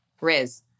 Riz